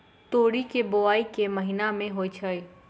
तोरी केँ बोवाई केँ महीना मे होइ छैय?